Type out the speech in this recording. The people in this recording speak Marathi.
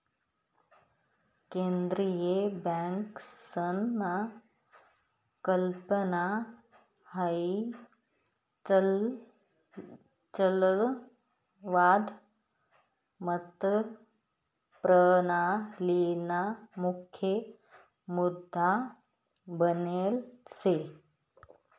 केंद्रीय बँकसना कल्पना हाई चलनवाद मतप्रणालीना मुख्य मुद्दा बनेल शे